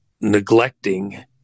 neglecting